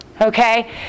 okay